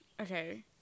okay